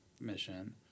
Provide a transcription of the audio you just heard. mission